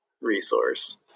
resource